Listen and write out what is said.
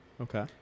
Okay